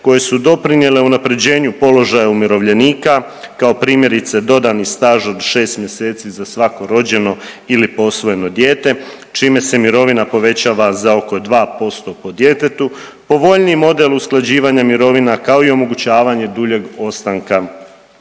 koje su doprinijele unaprjeđenju položaja umirovljenika kao primjerice dodani staž od 6. mjeseci za svako rođeno ili posvojeno dijete čime se mirovina povećava za oko 2% po djetetu, povoljniji model usklađivanja mirovina, kao i omogućavanje duljeg ostanka